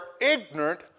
ignorant